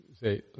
say